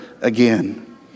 again